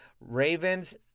ravens